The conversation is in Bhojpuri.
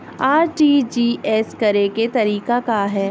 आर.टी.जी.एस करे के तरीका का हैं?